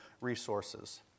resources